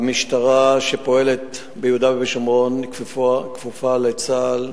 המשטרה שפועלת ביהודה ושומרון כפופה לצה"ל